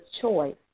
choice